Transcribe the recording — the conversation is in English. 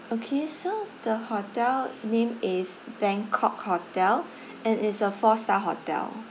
okay so the hotel name is bangkok hotel and it's a four star hotel